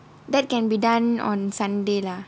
that can be done on sunday lah